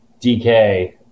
dk